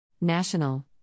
National